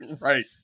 right